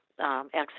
Access